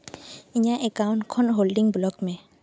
ᱤᱧᱟᱹᱜ ᱮᱠᱟᱣᱩᱱᱴ ᱠᱷᱚᱱ holding block ᱢᱮ